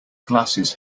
glasses